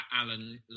Alan